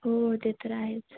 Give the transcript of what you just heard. हो ते तर आहेच